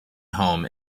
home